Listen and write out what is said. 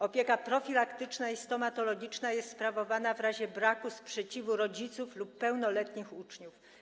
Opieka profilaktyczna i stomatologiczna jest sprawowana w razie braku sprzeciwu rodziców lub pełnoletnich uczniów.